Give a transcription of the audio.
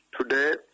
Today